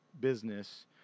business